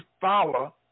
follow